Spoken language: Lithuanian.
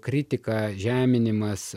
kritika žeminimas